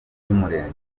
by’umurenge